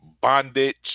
bondage